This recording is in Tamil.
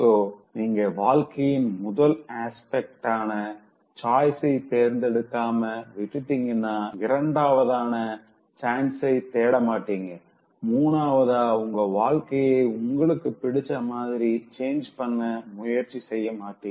சோ நீங்க வாழ்க்கையின் முதல் அஸ்பெக்ட்ஆன choiceஐ தேர்ந்தெடுக்காம விட்டீங்கன்னா இரண்டாவதான chanceஐ தேடமாட்டீங்க மூணாவதா உங்க வாழ்க்கைய உங்களுக்கு புடிச்ச மாதிரி change பண்ண முயற்சியும் செய்ய மாட்டீங்க